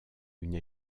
une